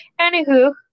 Anywho